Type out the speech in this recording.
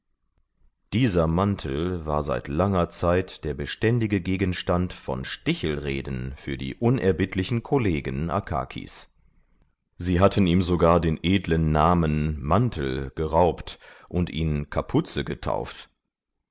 dieser mantel war seit langer zeit der beständige gegenstand von stichelreden für die unerbittlichen kollegen akakis sie hatten ihm sogar den edlen namen mantel geraubt und ihn kapuze getauft